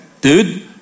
dude